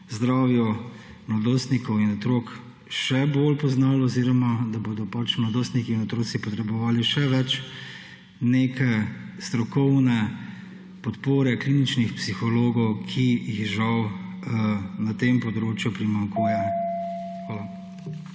zdravju mladostnikov in otrok še bolj poznalo oziroma da bodo mladostniki in otroci potrebovali še več neke strokovne podpore kliničnih psihologov, ki jih žal na tem področju primanjkuje. Hvala.